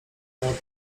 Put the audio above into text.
miał